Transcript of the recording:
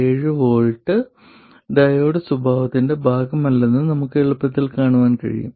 7 V diode സ്വഭാവത്തിന്റെ ഭാഗമല്ലെന്ന് നമുക്ക് എളുപ്പത്തിൽ കാണാൻ കഴിയും